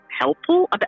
helpful